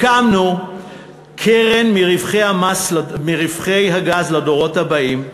הקמנו קרן מרווחי הגז, לדורות הבאים,